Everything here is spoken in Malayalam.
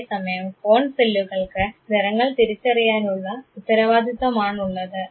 അതേസമയം കോൺ സെല്ലുകൾക്ക് നിറങ്ങൾ തിരിച്ചറിയാനുള്ള ഉത്തരവാദിത്വമാണുള്ളത്